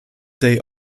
day